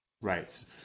Right